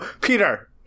Peter